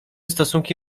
stosunki